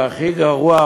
והכי גרוע,